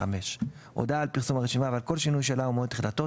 (א)(5); הודעה על פרסום הרשימה ועל כל שינוי שלה ומועד תחילתו,